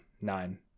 nine